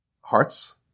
Hearts